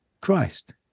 Christ